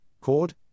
Cord